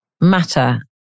matter